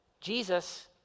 Jesus